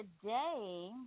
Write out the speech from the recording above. today